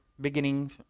beginning